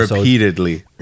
Repeatedly